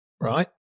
Right